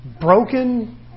Broken